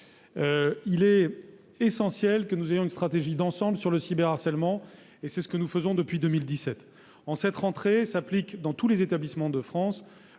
Il est essentiel que nous ayons une stratégie d'ensemble sur le cyberharcèlement et c'est ce que nous faisons depuis 2017. En cette rentrée s'applique dans tous les établissements de France